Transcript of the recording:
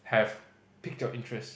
have piqued your interest